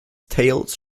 tales